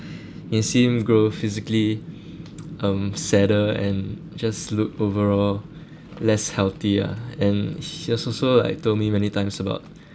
can see him grow physically um sadder and just look overall less healthy ah and he has also like told me many times about